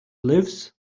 lives